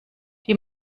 die